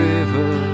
River